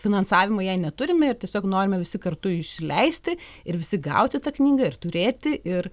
finansavimo jei neturime ir tiesiog norime visi kartu išsileisti ir visi gauti tą knygą ir turėti ir